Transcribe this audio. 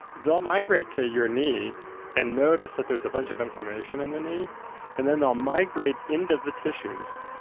they'll migrate to your knee and notice that there's a bunch of inflammation in the knee and then they'll migrate into the tissues.